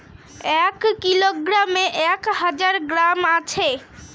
এক কিলোগ্রামে এক হাজার গ্রাম আছে